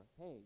hey